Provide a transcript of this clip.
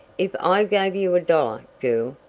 if i gave you a dollar, girl,